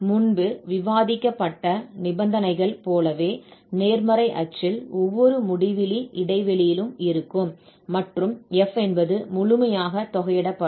முன்பு விவாதிக்கப்பட்ட நிபந்தனைகள் போலவே நேர்மறை அச்சில் ஒவ்வொரு முடிவிலி இடைவெளியிலும் இருக்கும் மற்றும் f என்பது முழுமையாக தொகையிடப்படும்